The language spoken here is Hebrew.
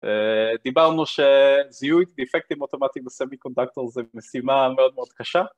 דיברנו שזיהוי דפקטים אוטומטיים בסמי קונדקטור, זה משימה מאוד מאוד קשה.